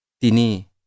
Tini